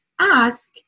ask